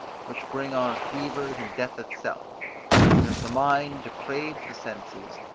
which bring on fevers and death itself because the mind depraves the senses,